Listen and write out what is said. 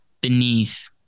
beneath